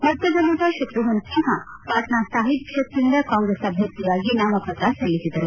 ಮತ್ತೊಬ್ಬ ನಟ ಶಕ್ತವನ್ನಿನ್ದಾ ಪಾಟ್ನಾ ಸಾಹೀಬ್ ಕ್ಷೇತ್ರದಿಂದ ಕಾಂಗ್ರೆಸ್ ಅಭ್ಯರ್ಥಿಯಾಗಿ ನಾಮಪತ್ರ ಸಲ್ಲಿಸಿದರು